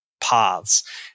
paths